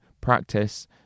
practice